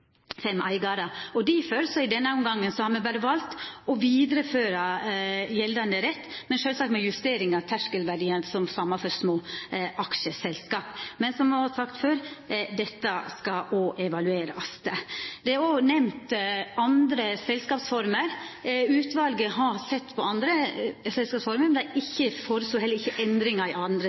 fem deltakarar. Difor – i denne omgangen – har me berre valt å vidareføra gjeldande rett. Men sjølvsagt må justering av terskelverdiane vera den same for små aksjeselskap. Men, som eg har sagt før, dette skal òg evaluerast. Det er òg nemnt andre selskapsformer. Utvalet har sett på andre selskapsformer, men foreslår ikkje endringar i andre